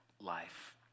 life